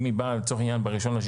אם היא באה לצורך העניין ב-1.6,